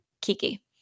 Kiki